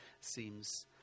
seems